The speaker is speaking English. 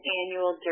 annual